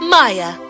Maya